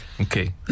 okay